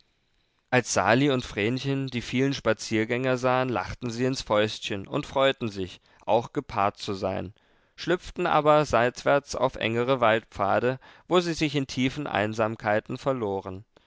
als sali und vrenchen die vielen spaziergänger sahen lachten sie ins fäustchen und freuten sich auch gepaart zu sein schlüpften aber seitwärts auf engere waldpfade wo sie sich in tiefen einsamkeiten verloren